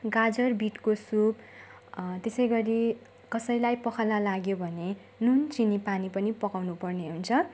गाजर बिटको सुप त्यसै गरी कसैलाई पखाला लाग्यो भने नुन चिनी पानी पनि पकाउनु पर्ने हुन्छ